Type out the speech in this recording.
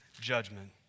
judgment